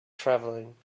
travelling